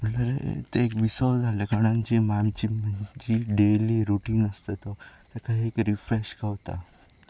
तें एक विसव जाल्ले कारणान जी मानचीक जी डेली रुटीन आसता तो ताका एक रिफ्रेश गावता